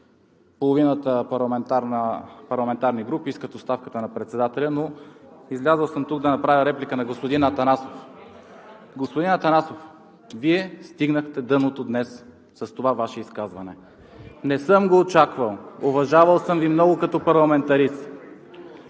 половината парламентарни групи искат оставката на председателя. Излязъл съм тук да направя реплика на господин Атанасов. Господин Атанасов, Вие стигнахте дъното днес с това Ваше изказване. Не съм го очаквал. Уважавал съм Ви много като парламентарист.